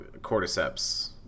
cordyceps